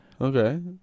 Okay